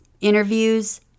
interviews